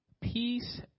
peace